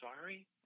sorry